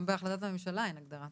גם בהחלטת הממשלה אין הגדרה.